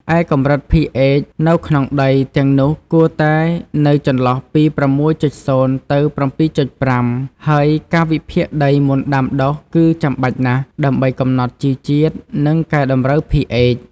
ឯកម្រិត pH នៅក្នុងដីទាំងនោះគួរតែនៅចន្លោះពី ៦.០ ទៅ ៧.៥ ហើយការវិភាគដីមុនដាំដុះគឺចាំបាច់ណាស់ ដើម្បីកំណត់ជីជាតិ និងកែតម្រូវ pH ។